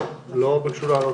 לא, לא ביקשו להעלות.